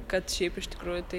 kad šiaip iš tikrųjų tai